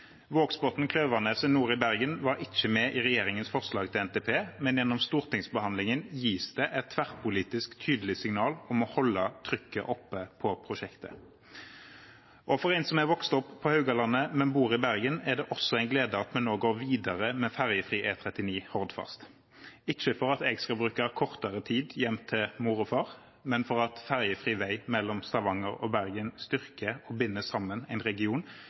realisering. Vågsbotn–Klauvaneset nord i Bergen var ikke med i regjeringens forslag til NTP, men gjennom stortingsbehandlingen gis det et tverrpolitisk, tydelig signal om å holde trykket oppe på prosjektet. For en som er vokst opp på Haugalandet, men bor i Bergen, er det også en glede at en nå går videre med ferjefri E39 Hordfast – ikke for at jeg skal bruke kortere tid hjem til mor og far, men for at ferjefri vei mellom Stavanger og Bergen styrker og binder sammen en region